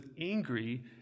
angry